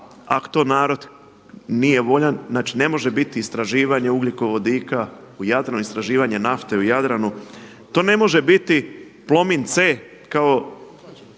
ako to narod nije voljan. Znači ne može biti istraživanje ugljikovodika u Jadranu, istraživanje nafte u Jadranu. To ne može biti Plomin C kao